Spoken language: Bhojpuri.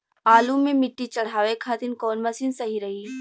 आलू मे मिट्टी चढ़ावे खातिन कवन मशीन सही रही?